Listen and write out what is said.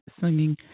singing